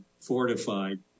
fortified